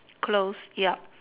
close yup